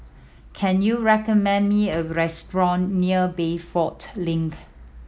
can you recommend me a restaurant near Bayfront Link